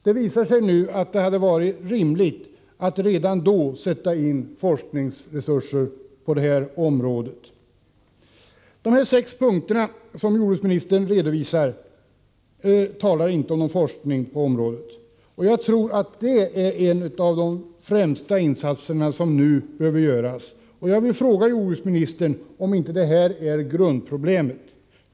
Det visar sig nu att det hade varit rimligt att redan då sätta in forskningsresurser på detta område. I de sex punkter som jordbruksministern redovisar talas inte om någon forskning på detta område. Men jag tror att detta är en av de främsta insatser som nu måste göras. Jag vill fråga jordbruksministern om inte detta är grundproblemet.